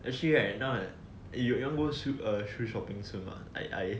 actually right now I you you want to go shoe shopping soon or not I I